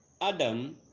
Adam